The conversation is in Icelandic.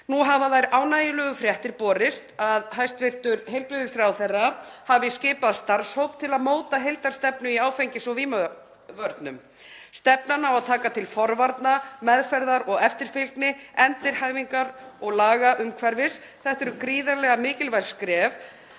Nú hafa þær ánægjulegu fréttir borist að hæstv. heilbrigðisráðherra hefur skipað starfshóp til að móta heildarstefnu í áfengis- og vímuefnavörnum. Stefnan á að taka til forvarna, meðferðar og eftirfylgni, endurhæfingar og lagaumhverfis. Þetta eru gríðarlega mikilvæg skref